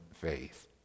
faith